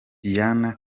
diana